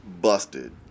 busted